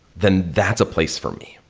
then that's a place for me.